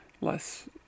less